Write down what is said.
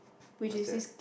what's that